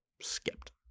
skipped